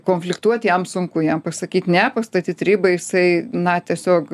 konfliktuot jam sunku jam pasakyt ne pastatyt ribą jisai na tiesiog